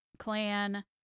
Clan